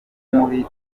muri